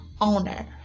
owner